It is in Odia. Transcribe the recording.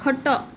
ଖଟ